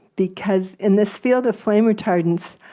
because in this field of flame retardants,